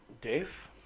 Dave